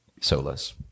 solas